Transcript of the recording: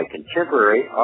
Contemporary